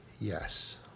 yes